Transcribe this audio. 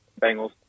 Bengals